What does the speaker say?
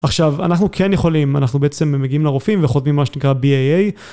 עכשיו, אנחנו כן יכולים, אנחנו בעצם מגיעים לרופאים וחותמים מה שנקרא BAA,